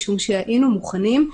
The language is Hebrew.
משום שהיינו מוכנים.